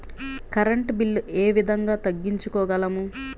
Current bill ఏ విధంగా తగ్గించుకోగలము?